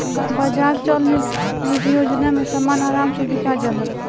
बाजार चल निधी योजना में समान आराम से बिका जाला